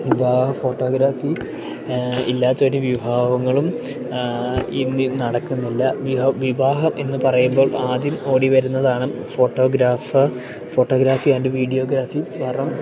വിവാഹ ഫോട്ടോഗ്രാഫി ഇല്ലാത്തൊരു വിവാഹങ്ങളും ഇന്ന് ഇന്ന് നടക്കുന്നില്ല വിഹാ വിവാഹം എന്ന് പറയുമ്പോൾ ആദ്യം ഓടി വരുന്നതാണ് ഫോട്ടോഗ്രാഫർ ഫോട്ടോഗ്രാഫി ആൻഡ് വീഡിയോഗ്രാഫി കാരണം